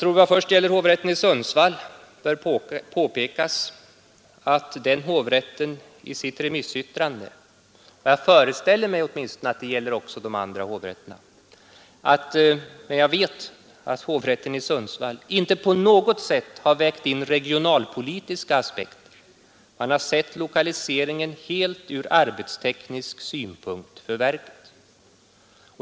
I vad först gäller hovrätten i Sundsvall bör påpekas att den i sitt remissyttrande — och jag föreställer mig att också det gäller de andra hovrätterna — inte på något sätt vägt in regionalpolitiska aspekter; man har sett lokaliseringen helt ur arbetsteknisk synpunkt för verket.